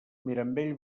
mirambell